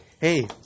hey